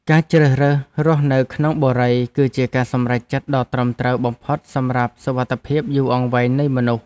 ការជ្រើសរើសរស់នៅក្នុងបុរីគឺជាការសម្រេចចិត្តដ៏ត្រឹមត្រូវបំផុតសម្រាប់សុវត្ថិភាពយូរអង្វែងនៃមនុស្ស។